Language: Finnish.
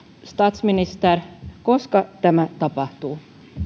statsminister koska tämä tapahtuu